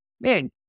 man